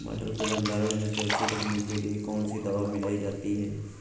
मटर को भंडारण में सुरक्षित रखने के लिए कौन सी दवा मिलाई जाती है?